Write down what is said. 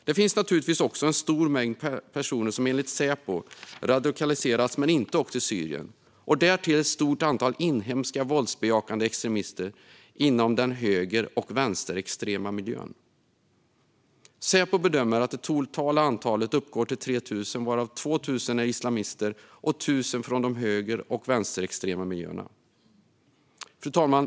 Det finns naturligtvis också en stor mängd personer som enligt Säpo har radikaliserats men inte åkt till Syrien, och därtill finns ett stort antal inhemska våldsbejakande extremister inom den höger och vänsterextrema miljön. Säpo bedömer att det totala antalet uppgår till 3 000, varav 2 000 är islamister och 1 000 kommer från de höger och vänsterextrema miljöerna. Fru talman!